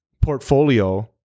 portfolio